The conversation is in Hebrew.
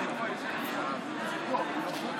התשס"א